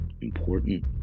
important